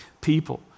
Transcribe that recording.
people